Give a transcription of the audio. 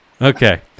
Okay